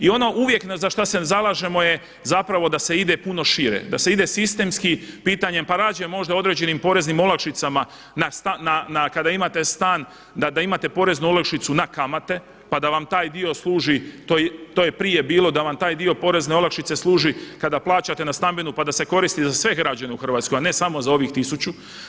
I ono uvijek za šta se zalažemo je da se ide puno šire, da se ide sistemskim pitanjem pa rađe možda određenim poreznim olakšicama kada imate stan da imate poreznu olakšicu na kamate pa da vam taj dio služi to je prije bilo da vam taj dio porezne olakšice služi kada plaćate na stambenu pa da se koristi za sve građane u Hrvatskoj, a ne samo za ovih tisuću.